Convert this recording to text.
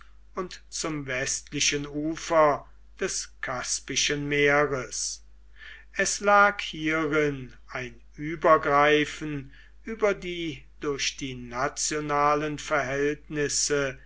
und zum westlichen ufer des kaspischen meeres es lag hierin ein übergreifen über die durch die nationalen verhältnisse